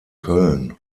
köln